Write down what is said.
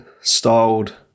styled